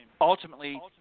ultimately